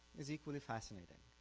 is equally fascinating.